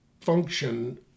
function